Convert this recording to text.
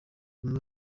rumwe